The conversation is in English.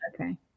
Okay